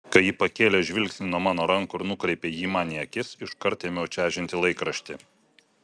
kai ji pakėlė žvilgsnį nuo mano rankų ir nukreipė jį man į akis iškart ėmiau čežinti laikraštį